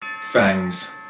fangs